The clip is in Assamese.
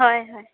হয় হয়